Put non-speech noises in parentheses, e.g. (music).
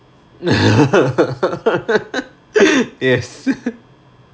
(laughs) yes